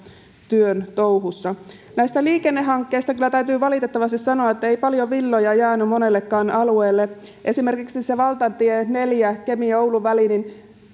työn touhussa näistä liikennehankkeista kyllä täytyy valitettavasti sanoa että ei paljon villoja jäänyt monellekaan alueelle esimerkiksi valtatie neljä kemin ja oulun väli